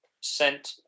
sent